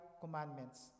commandments